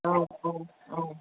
औ औ औ